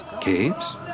Caves